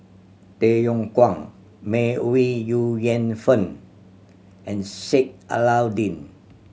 Tay Yong Kwang May Ooi Yu Fen and Sheik Alau'ddin